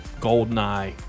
GoldenEye